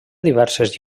diverses